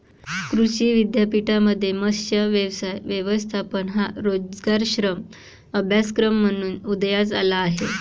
कृषी विद्यापीठांमध्ये मत्स्य व्यवसाय व्यवस्थापन हा रोजगारक्षम अभ्यासक्रम म्हणून उदयास आला आहे